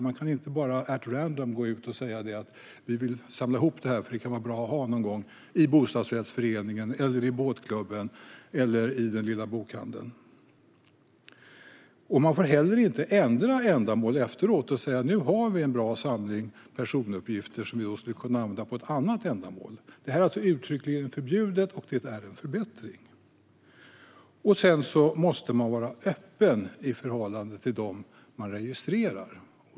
Man kan inte bara helt random samla ihop det för att det kan vara bra att ha någon gång - i bostadsrättsföreningen, båtklubben eller den lilla bokhandeln. Man får inte heller ändra ändamål efteråt och säga att man har en bra samling personuppgifter, som man skulle använda till ett annat ändamål. Det är alltså uttryckligen förbjudet. Och det är en förbättring. Sedan måste man vara öppen i förhållande till dem man registrerar.